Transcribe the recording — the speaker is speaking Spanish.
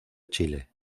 chile